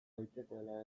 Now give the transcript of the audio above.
daitekeela